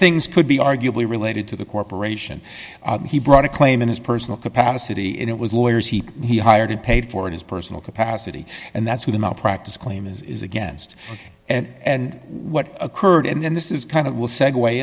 things could be arguably related to the corporation he brought a claim in his personal capacity it was lawyers heep he hired and paid for his personal capacity and that's who the malpractise claim is against and what occurred and then this is kind of will segue